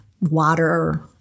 Water